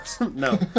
No